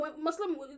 Muslim